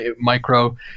micro